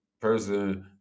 person